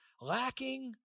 lacking